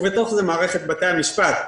ובתוך זה מערכת בתי המשפט.